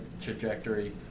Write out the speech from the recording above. trajectory